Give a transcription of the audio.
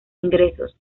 ingresos